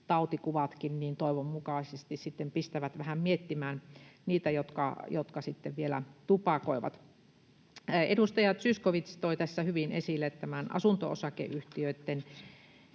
tautikuvatkin toivon mukaisesti pistävät niitä vähän miettimään, jotka vielä tupakoivat. Edustaja Zyskowicz toi tässä hyvin esille tämän asunto-osakeyhtiöitten